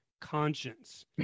Conscience